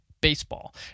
Baseball